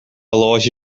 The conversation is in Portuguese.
loja